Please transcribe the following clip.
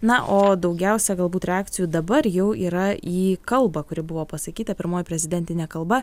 na o daugiausia galbūt reakcijų dabar jau yra į kalbą kuri buvo pasakyta pirmoji prezidentinė kalba